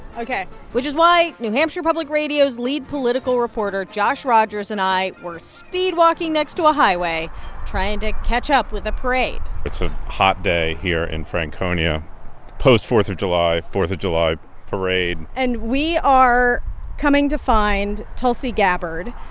ok. which is why new hampshire public radio's lead political reporter josh rogers and i were speed walking next to a highway trying to catch up with a parade it's a hot day here in franconia post-fourth of july fourth of july parade and we are coming to find tulsi gabbard.